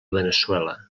veneçuela